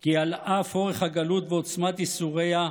כי על אף אורך הגלות ועוצמת ייסוריה,